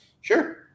Sure